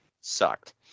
sucked